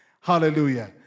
Hallelujah